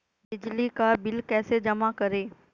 बिजली का बिल कैसे जमा करें?